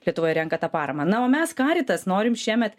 lietuvoj renka tą paramą na o mes karitas norim šiemet